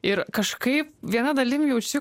ir kažkaip viena dalim jaučiu